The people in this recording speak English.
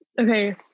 Okay